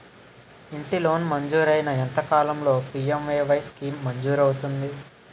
ఇంటి లోన్ మంజూరైన ఎంత కాలంలో పి.ఎం.ఎ.వై స్కీమ్ మంజూరు అవుతుంది?